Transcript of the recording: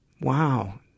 wow